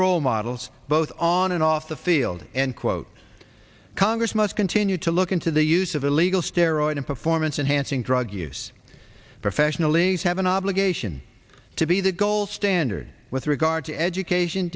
role models both on and off the field and quote congress must continue to look into the use of illegal steroid and performance enhancing drug use professional leagues have an obligation to be the gold standard with regard to education